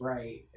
Right